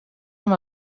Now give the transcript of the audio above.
amb